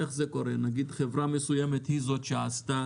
נניח וחברה מסוימת עשתה